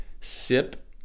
Sip